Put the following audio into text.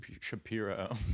Shapiro